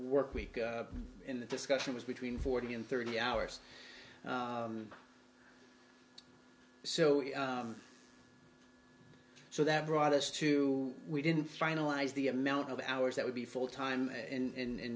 work week in the discussion was between forty and thirty hours or so so that brought us to we didn't finalize the amount of hours that would be full time in